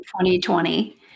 2020